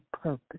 purpose